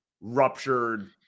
ruptured